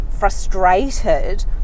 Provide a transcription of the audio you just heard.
frustrated